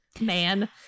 man